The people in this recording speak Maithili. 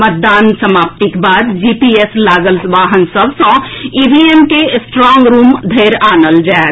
मतदान समाप्तिक बाद जीपीएस लागल वाहन सभ सँ ईवीएम के स्ट्राँग रूम धरि लाओल जायत